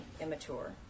immature